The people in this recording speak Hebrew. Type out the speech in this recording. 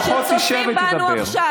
לפחות תשב ותדבר.